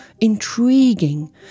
intriguing